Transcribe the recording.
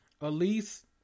Elise